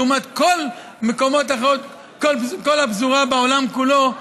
לעומת כל הפזורה בעולם כולו,